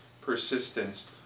persistence